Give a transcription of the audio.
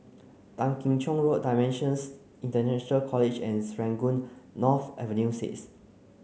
Tan Kim Cheng Road DIMENSIONS International College and Serangoon North Avenue six